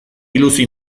biluzi